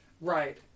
Right